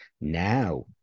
Now